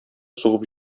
сугып